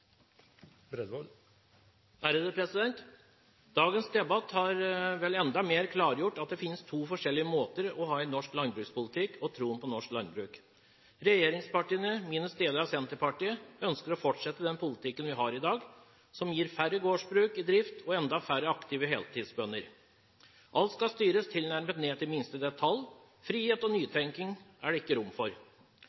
Dagens debatt har vel gjort det enda klarere at det finnes to forskjellige måter å ha en norsk landbrukspolitikk og troen på norsk landbruk på. Regjeringspartiene minus deler av Senterpartiet ønsker å fortsette den politikken vi har i dag, som gir færre gårdsbruk i drift og enda færre aktive heltidsbønder. Alt skal styres tilnærmet ned til minste detalj – frihet og